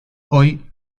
hoy